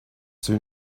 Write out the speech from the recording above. soon